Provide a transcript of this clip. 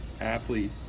athlete